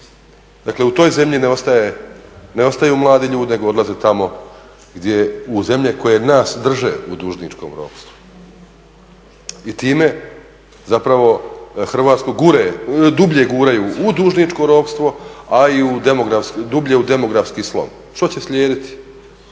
dakle u toj zemlji ne ostaju mladi ljudi nego odlaze u zemlje koje nas drže u dužničkom ropstvu i time zapravo Hrvatsku dublje guraju u dužničko ropstvo, a i dublje u demografski slom. Što će slijediti?